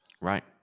Right